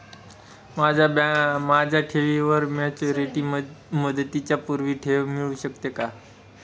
माझ्या ठेवीवर मॅच्युरिटी मुदतीच्या पूर्वी ठेव मिळू शकते का?